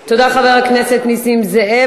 תודה, חבר הכנסת נסים זאב.